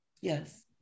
Yes